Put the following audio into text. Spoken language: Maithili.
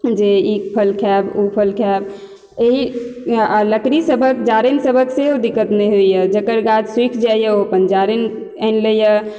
जे ई फल खाएब ओ फल खाएब एही आ लकड़ी सबहक जारनि सबहक सेहो दिक्कत नहि होइया जकर गाछ सुखि जाइया ओ अपन जारनि आनि लैया